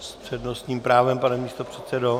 S přednostním právem, pane místopředsedo?